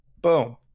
Boom